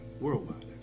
worldwide